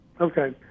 Okay